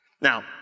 Now